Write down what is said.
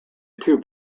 two